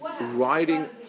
riding